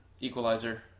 equalizer